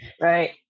right